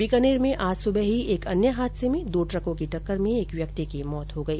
बीकानेर में आज सुबह ही एक अन्य हादसे में दो ट्रकों की टक्कर में एक व्यक्ति की मौत हो गई